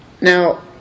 Now